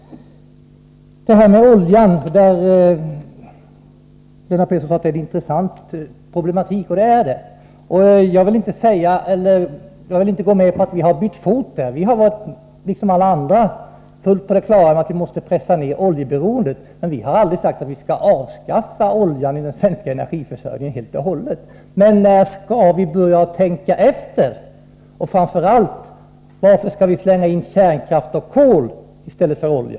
Lennart Pettersson säger att oljan utgör en intressant problematik, och det stämmer. Jag vill inte gå med på att vi skulle ha bytt fot i fråga om detta. Vi har liksom alla andra varit fullt på det klara med att vi måste pressa ned oljeberoendet. Men vi har aldrig sagt att vi skall avskaffa oljan i den svenska energiförsörjningen helt och hållet. Men när skall vi börja tänka efter? Och framför allt, varför skall vi introducera kärnkraft och koli stället för olja?